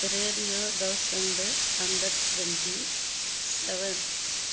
radio thousand and twenty seven